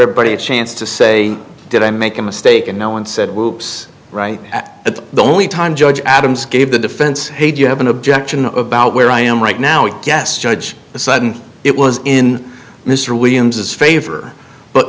everybody a chance to say did i make a mistake and no one said whoops right that's the only time judge adams gave the defense hey do you have an objection about where i am right now i guess judge the sudden it was in mr williams as favor but